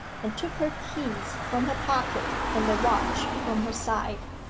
and took her keys from her pocket and the watch from her side.